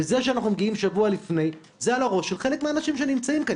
וזה שאנחנו מגיעים שבוע לפני זה על הראש של חלק מהאנשים שנמצאים כאן,